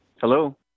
Hello